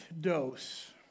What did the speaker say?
dose